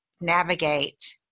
navigate